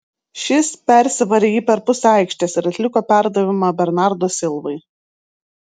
šis persivarė jį per pusę aikštės ir atliko perdavimą bernardo silvai